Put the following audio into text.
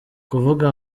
kuvuga